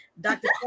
Dr